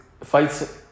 Fights